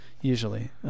usually